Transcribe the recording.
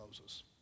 Moses